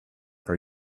are